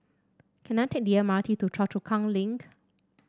can I take the M R T to Choa Chu Kang Link